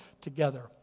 together